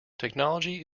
technology